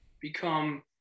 become